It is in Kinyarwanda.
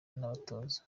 n’abatoza